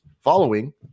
Following